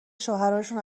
شوهراشون